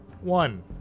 One